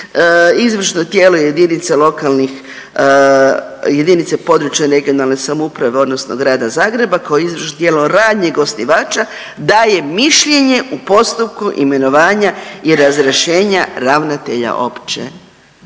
lokalnih, jedinice područne regionalne samouprave odnosno Grada Zagreba koje je izvršno tijelo ranijeg osnivača daje mišljenje u postupku imenovanja i razrješenja ravnatelja opće